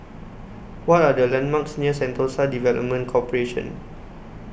What Are The landmarks near Sentosa Development Corporation